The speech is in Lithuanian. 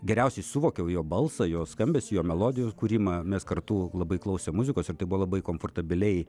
geriausiai suvokiau jo balsą jo skambesį jo melodijos kūrimą mes kartu labai klausėm muzikos ir tai buvo labai komfortabiliai